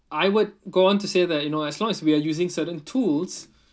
I would go on to say that you know as long as we're using certain tools